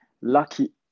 lucky